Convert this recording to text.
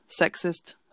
sexist